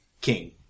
king